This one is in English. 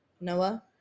Noah